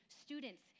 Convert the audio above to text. students